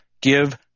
give